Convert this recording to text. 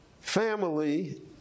family